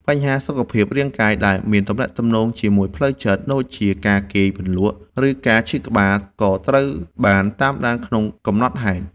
បញ្ហាសុខភាពរាងកាយដែលមានទំនាក់ទំនងជាមួយផ្លូវចិត្ត ដូចជាការគេងមិនលក់ ឬការឈឺក្បាល ក៏ត្រូវបានតាមដានក្នុងកំណត់ហេតុ។